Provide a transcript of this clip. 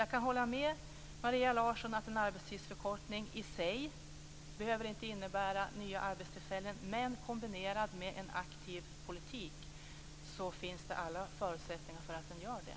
Jag kan hålla med Maria Larsson om att en arbetstidsförkortning i sig inte behöver innebära nya arbetstillfällen men kombinerad med en aktiv politik finns det alla förutsättningar för att den gör det.